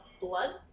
blood